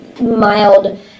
mild